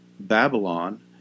Babylon